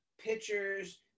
pictures